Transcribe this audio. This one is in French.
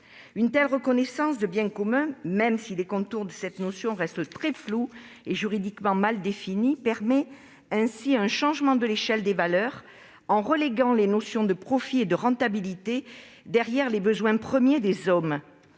Une telle reconnaissance de « biens communs », même si les contours de cette notion restent très flous et juridiquement mal définis, permet un changement de l'échelle des valeurs en reléguant les notions de profit et de rentabilité derrière les besoins premiers des hommes.